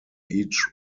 each